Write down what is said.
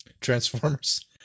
Transformers